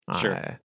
Sure